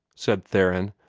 said theron,